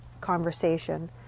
conversation